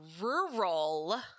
rural